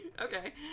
okay